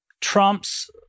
Trump's